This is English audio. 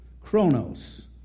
Chronos